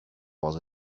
was